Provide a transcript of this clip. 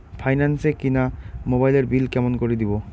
Finance এ কিনা মোবাইলের বিল কেমন করে দিবো?